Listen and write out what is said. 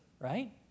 right